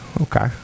okay